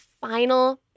final